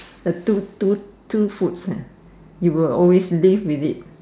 the two two two foods ah you will always live with it